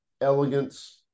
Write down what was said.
elegance